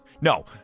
no